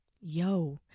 yo